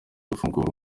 gufungura